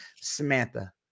Samantha